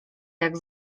jak